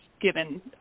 given